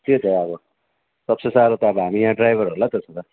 त्यही त अब सब से साह्रो त अब हामी यहाँ ड्राइभरहरूलाई त छ त